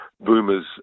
Boomers